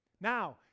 Now